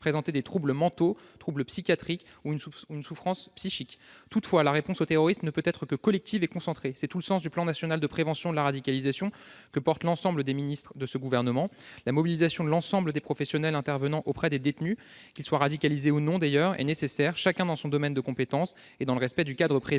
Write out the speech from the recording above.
présenter des troubles mentaux, des troubles psychiatriques ou une souffrance psychique. Toutefois, la réponse au terrorisme ne peut être que collective et concertée : c'est tout le sens du plan national de prévention de la radicalisation que soutient l'ensemble du Gouvernement. La mobilisation de l'ensemble des professionnels intervenant auprès des détenus, qu'ils soient radicalisés ou non, est nécessaire, chacun devant oeuvrer dans son domaine de compétence et dans le respect du cadre prévu